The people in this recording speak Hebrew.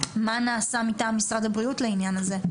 מה נעשה מטעם משרד הבריאות לעניין הזה?